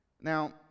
Now